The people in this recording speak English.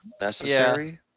necessary